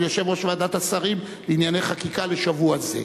יושב-ראש ועדת השרים לענייני חקיקה לשבוע זה.